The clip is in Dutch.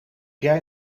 jij